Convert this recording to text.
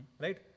right